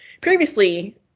previously